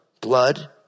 blood